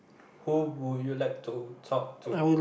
who would you like to talk to